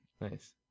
nice